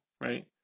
right